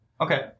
Okay